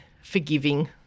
forgiving